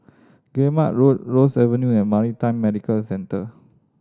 Guillemard Road Ross Avenue and Maritime Medical Centre